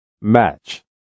Match